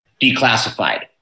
declassified